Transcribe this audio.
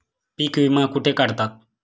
पीक विमा कुठे काढतात?